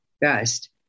best